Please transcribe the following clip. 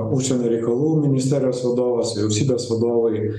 užsienio reikalų ministerijos vadovas vyriausybės vadovai